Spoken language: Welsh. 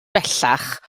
bellach